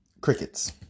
crickets